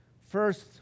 first